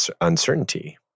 uncertainty